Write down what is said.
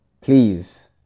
please